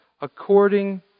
according